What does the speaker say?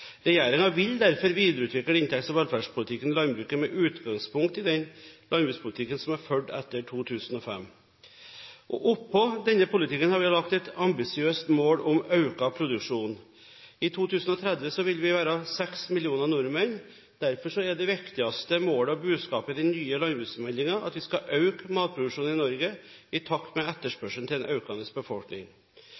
vil derfor videreutvikle inntekts- og velferdspolitikken i landbruket, med utgangspunkt i den landbrukspolitikken som er ført etter 2005. Oppå denne politikken har vi lagt et ambisiøst mål om økt produksjon. I 2030 vil vi være seks millioner nordmenn. Derfor er det viktigste målet og budskapet i den nye landbruks- og matmeldingen at vi skal øke matproduksjonen i Norge, i takt med